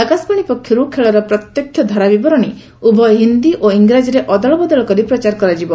ଆକାଶବାଣୀ ପକ୍ଷରୁ ଖେଳର ପ୍ରତ୍ୟକ୍ଷ ଧାରା ବିବରଣୀ ଉଭୟ ହିନ୍ଦୀ ଏବଂ ଇଂରାଜୀରେ ଅଦଳବଦଳ କରି ପ୍ରଚାର କରାଯିବ